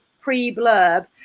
pre-blurb